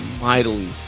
mightily